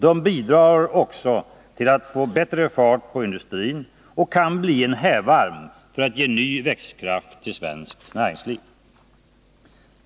De bidrar också till att få bättre fart på industrin och kan bli en hävarm för att ge ny växtkraft till svenskt näringsliv.